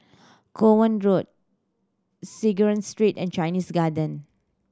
Kovan Road Synagogue Street and Chinese Garden